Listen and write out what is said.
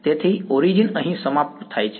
તેથી ઓરીજીન અહીં સમાપ્ત થાય છે